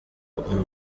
umusaruro